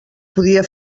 podia